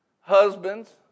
husbands